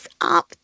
up